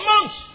months